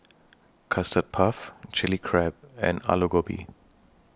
Custard Puff Chilli Crab and Aloo Gobi